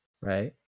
right